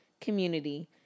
community